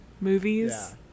movies